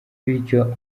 bityo